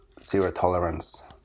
zero-tolerance